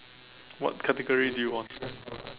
what category do you want